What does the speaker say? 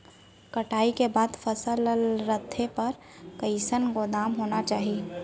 कटाई के बाद फसल ला रखे बर कईसन गोदाम होना चाही?